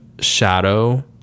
shadow